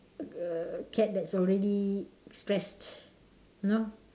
a cat that's already stressed you know